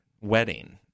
wedding